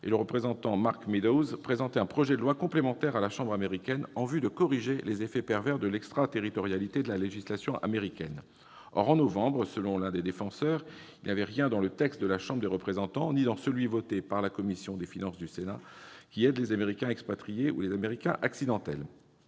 et le représentant Mark Meadows a présenté un projet de loi complémentaire à la Chambre américaine, en vue de corriger les effets pervers de l'extraterritorialité de la législation américaine. Or, en novembre, selon l'un des défenseurs, « il n'y avait rien dans le texte de la Chambre des représentants ni dans celui voté par la commission des finances du Sénat qui aide les Américains expatriés ou les Américains accidentels